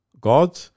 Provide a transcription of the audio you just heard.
God